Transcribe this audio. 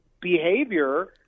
behavior